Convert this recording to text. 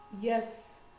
yes